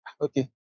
Okay